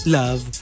love